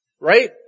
right